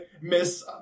Miss